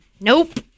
Nope